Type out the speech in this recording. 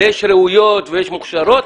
ויש ראויות ויש מוכשרות,